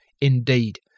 indeed